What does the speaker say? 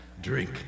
Drink